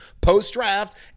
post-draft